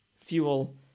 fuel